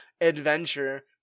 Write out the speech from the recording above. adventure